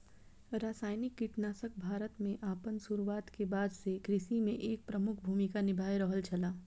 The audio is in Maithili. रासायनिक कीटनाशक भारत में आपन शुरुआत के बाद से कृषि में एक प्रमुख भूमिका निभाय रहल छला